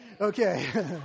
Okay